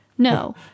No